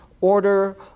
order